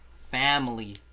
family